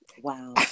Wow